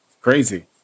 crazy